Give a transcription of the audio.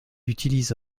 utilise